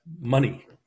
money